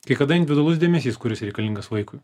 kai kada individualus dėmesys kuris reikalingas vaikui